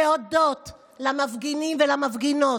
להודות למפגינים ולמפגינות.